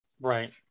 Right